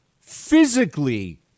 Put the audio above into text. physically